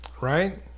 Right